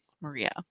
Maria